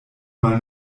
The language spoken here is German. mal